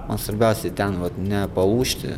man svarbiausia ten vat nepalūžti